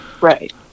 Right